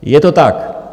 Je to tak!